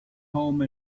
home